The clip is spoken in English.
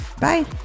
Bye